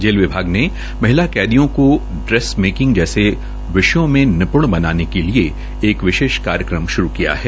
jail विभाग ने महिला बंदियो को ड्रैस मेकिंग जैसे विषयों में निपृण बनाने के लिये एक विशेष कार्यक्रम श्रू किया है